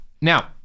Now